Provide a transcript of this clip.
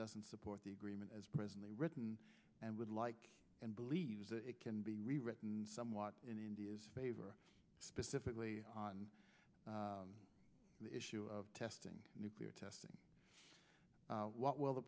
doesn't support the agreement as presently written and would like and believe it can be rewritten somewhat in india's favor specifically on the issue of testing nuclear testing what will the